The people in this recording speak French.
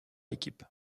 équipe